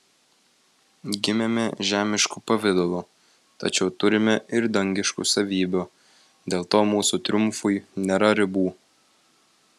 gimėme žemišku pavidalu tačiau turime ir dangiškų savybių dėl to mūsų triumfui nėra ribų